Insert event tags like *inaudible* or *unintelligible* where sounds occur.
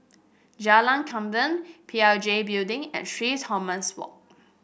Jalan *unintelligible* P L G Building and *unintelligible* Thomas Walk